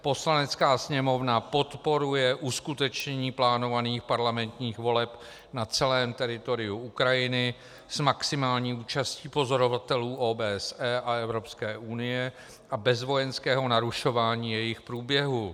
Poslanecká sněmovna podporuje uskutečnění plánovaných parlamentních voleb na celém teritoriu Ukrajiny s maximální účastí pozorovatelů OBSE a Evropské unie a bez vojenského narušování jejich průběhu.